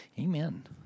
Amen